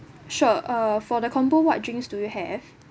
sure uh for the combo what drinks do you have